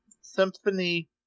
Symphony